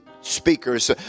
speakers